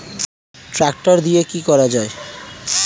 Tractor দিয়ে কি করা যায়?